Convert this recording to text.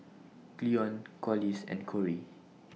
Cleone Corliss and Corie